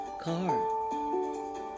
car